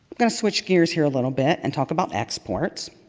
going to switch gears here a little bit and talk about exports.